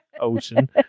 Ocean